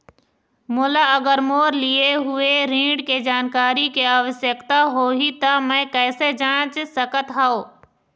मोला अगर मोर लिए हुए ऋण के जानकारी के आवश्यकता होगी त मैं कैसे जांच सकत हव?